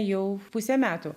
jau pusę metų